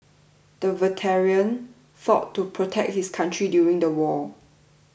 the veteran fought to protect his country during the war